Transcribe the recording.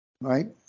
right